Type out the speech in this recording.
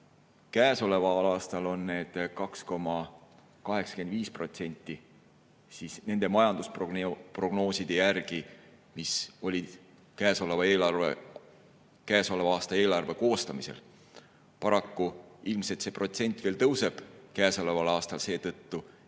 Käesoleval aastal on need 2,85%, nende majandusprognooside järgi, mis olid käesoleva aasta eelarve koostamise ajal. Paraku see protsent ilmselt veel tõuseb käesoleval aastal, sest